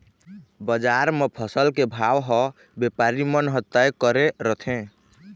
बजार म फसल के भाव ह बेपारी मन ह तय करे रथें